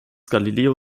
galileo